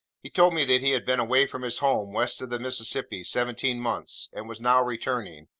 he told me that he had been away from his home, west of the mississippi, seventeen months and was now returning.